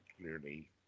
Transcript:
clearly